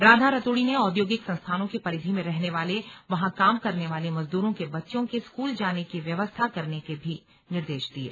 राधा रतूड़ी ने औद्योगिक संस्थानों की परिधि में रहने वाले वहां काम करने वाले मजदूरों के बच्चों के स्कूल जाने की व्यवस्था करने के भी निर्देश दिये